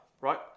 Right